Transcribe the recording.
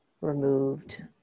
removed